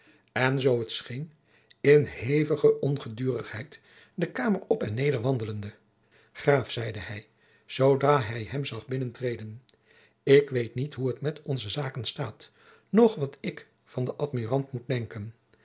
en zoo t scheen in hevige ongedurigheid de kamer op en neder wandelende graaf zeide hij zoodra hij hem zag binnentreden ik weet niet hoe het met onze zaken staat noch wat ik van den admirant moet denken